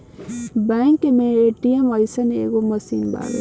bank मे ATM जइसन एगो मशीन बावे